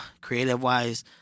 creative-wise